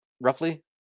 roughly